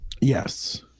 yes